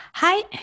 Hi